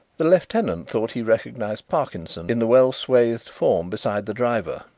the lieutenant thought he recognised parkinson in the well-swathed form beside the driver,